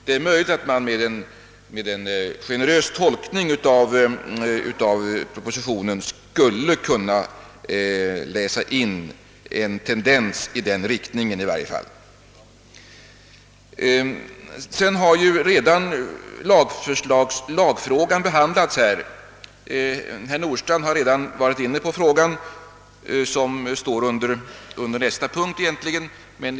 Det är möjligt att man med en generös tolkning av propositionen skulle kunna läsa in åtminstone en tendens i denna riktning. Lagfrågan har redan diskuterats här; herr Nordstrandh har redan varit inne på den frågan, som egentligen skulle tas upp under nästa punkt.